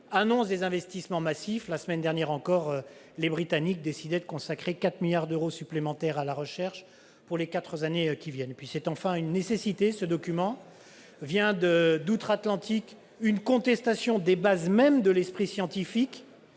annoncent des investissements massifs. La semaine dernière encore, les Britanniques décidaient de consacrer 4 milliards d'euros supplémentaires à la recherche pour les quatre années qui viennent ... Ce document est enfin une nécessité, alors que, d'outre-Atlantique, nous vient une contestation des bases mêmes de l'esprit scientifique,